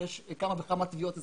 יש כמה וכמה תביעות אזרחיות.